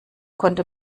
konnte